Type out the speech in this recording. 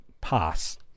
pass